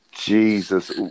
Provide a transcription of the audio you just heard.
Jesus